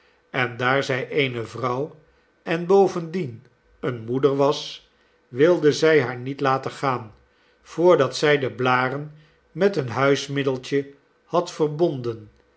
en daar zij eene vrouw en bovendien eene moeder was wilde zij haar niet laten gaan voordat zij de blaren met een huismiddeltje had verbonden